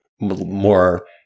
more